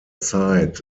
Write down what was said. zeit